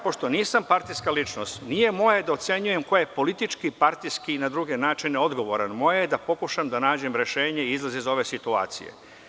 Pošto nisam partijska ličnost nije moje da ocenjujem ko je politički, partijski i na druge načine odgovoran, moje je da pokušam da nađem rešenje i izlaz iz ove situacije.